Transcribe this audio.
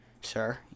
sir